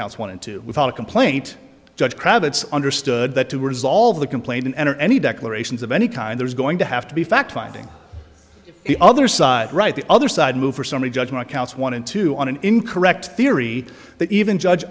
counts one and two without a complaint judge cravats understood that to resolve the complaint and enter any declarations of any kind there's going to have to be fact finding other side right the other side move for summary judgment counts one and two on an incorrect theory that even judge